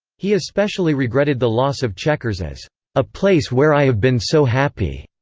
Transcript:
he especially regretted the loss of chequers as a place where i have been so happy,